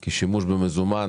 כי שימוש במזומן